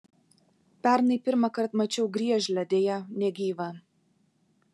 pernai pirmąkart mačiau griežlę deja negyvą